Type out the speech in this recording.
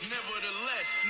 Nevertheless